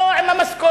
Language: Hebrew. לא עם המשכורת.